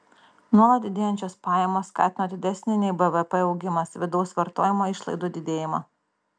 nuolat didėjančios pajamos skatino didesnį nei bvp augimas vidaus vartojimo išlaidų didėjimą